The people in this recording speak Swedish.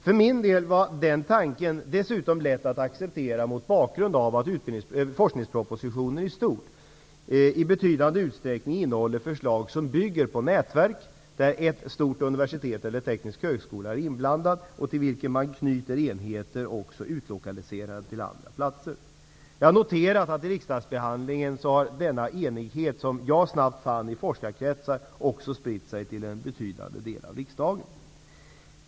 För min del var den tanken dessutom lätt att acceptera mot bakgrund av att forskningspropositionen i stort i betydande utsträckning innehåller förslag som bygger på nätverk där ett stort universitet, eller en teknisk högskola, är inblandat, till vilket man knyter enheter utlokaliserade också till andra platser. Jag har noterat att den enighet som jag snabbt fann i forskarkretsar vid riksdagsbehandlingen också har spritt sig till en betydande del av riksdagen.